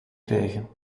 krijgen